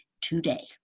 today